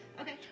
Okay